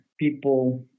people